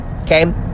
okay